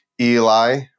Eli